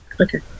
Okay